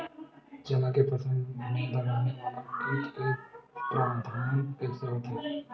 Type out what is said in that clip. चना के फसल में लगने वाला कीट के प्रबंधन कइसे होथे?